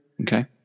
Okay